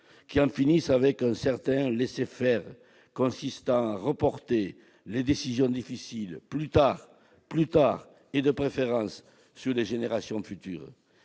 qui en finisse avec un certain laisser-faire consistant à reporter les décisions difficiles à plus tard, de préférence sur les générations futures